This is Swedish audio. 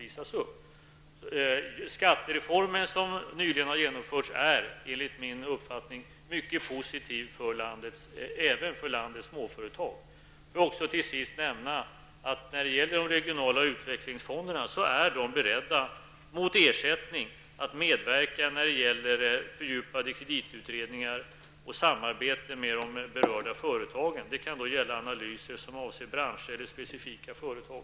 Den skattereform som nyligen genomförts är enligt min uppfattning mycket positiv även för landets småföretagare. Får jag till sist nämna att de regionala utvecklingsfonderna är beredda att mot ersättning medverka i fördjupade kreditutredningar och genom samarbete med de berörda företagen. Det kan gälla analyser som avser branscher eller specifika företag.